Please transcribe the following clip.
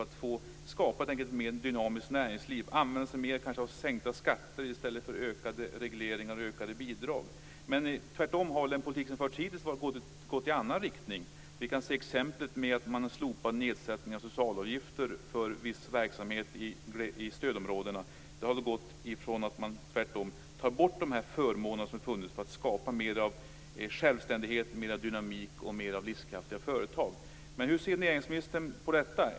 Det går att använda sig av sänkta skatter i stället för ökad reglering och ökade bidrag. Tvärtom har den förda politiken gått i en annan riktning. Vi kan se exempel på slopade nedsättningar av socialavgifter för viss verksamhet i stödområdena. I stället har förmåner tagits bort för att kunna skapa mer av självständighet, dynamik och livskraftiga företag. Hur ser näringsministern på detta?